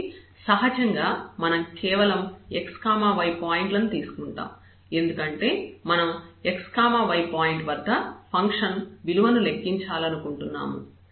కాబట్టి సహజంగా మనం కేవలం x y పాయింట్ల ను తీసుకుంటాం ఎందుకంటే మనం x y పాయింట్ వద్ద ఫంక్షన్ విలువను లెక్కించాలనుకుంటున్నాము